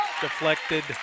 deflected